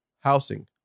housing